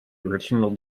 original